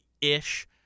ish